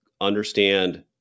Understand